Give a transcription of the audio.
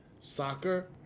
Soccer